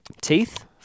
teeth